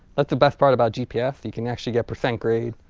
that's the best part about gps you can actually get percent grade,